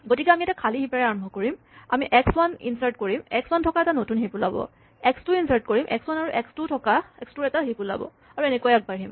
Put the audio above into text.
গতিকে আমি এটা খালী হিপ এৰে আৰম্ভ কৰিম আমি এক্স ৱান ইনচাৰ্ট কৰিম এক্স ৱান থকা এটা নতুন হিপ ওলাব এক্স টু ইনচাৰ্ট কৰিম এক্স ৱান আৰু এক্স টু ৰ এটা হিপ ওলাব আৰু এনেকৈয়ে আগবাঢ়িম